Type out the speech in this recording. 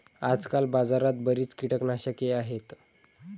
आजकाल बाजारात बरीच कीटकनाशके आहेत